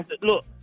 Look